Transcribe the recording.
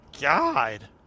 god